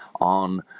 on